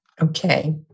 Okay